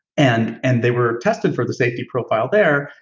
and and they were tested for the safety profile there,